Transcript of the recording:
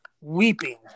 weeping